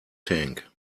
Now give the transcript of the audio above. tank